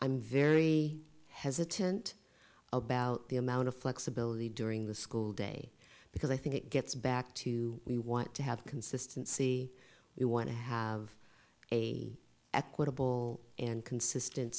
i'm very hesitant about the amount of flexibility during the school day because i think it gets back to we want to have consistency we want to have a equitable and consistent